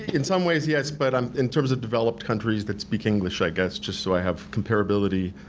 in some ways yes, but um in terms of developed countries that speak english i guess, just so i have comparability.